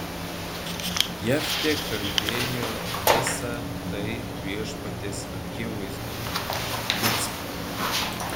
jeftė kalbėjo visa tai viešpaties akivaizdoje micpoje